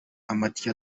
amatike